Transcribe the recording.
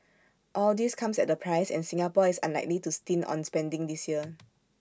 all this comes at A price and Singapore is unlikely to stint on spending this year